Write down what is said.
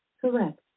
Correct